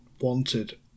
wanted